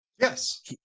Yes